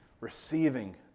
receiving